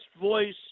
voice